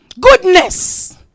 goodness